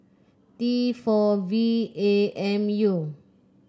T four V A M U